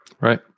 right